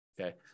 Okay